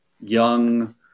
young